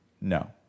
No